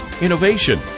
innovation